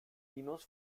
minus